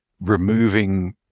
removing